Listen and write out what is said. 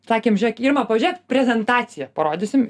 sakėm žiūrėk irma pažiūrėk prezentaciją parodysim